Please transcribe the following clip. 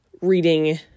reading